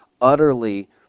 utterly